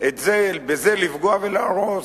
בזה לפגוע ולהרוס,